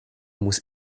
muss